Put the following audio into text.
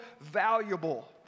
valuable